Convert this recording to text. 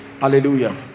Hallelujah